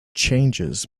changes